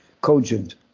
Cogent